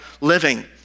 living